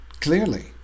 clearly